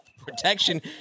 protection